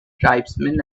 tribesmen